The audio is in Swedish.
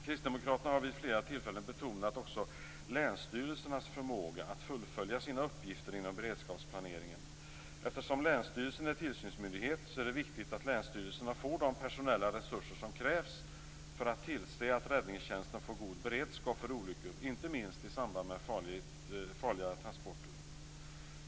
Kristdemokraterna har vid flera tillfällen betonat också länsstyrelsernas förmåga att fullfölja sina uppgifter inom beredskapsplaneringen. Eftersom länsstyrelsen är tillsynsmyndighet är det viktigt att länsstyrelserna får de personella resurser som krävs för att tillse att räddningstjänsten får god beredskap för olyckor, inte minst i samband med farliga transporter.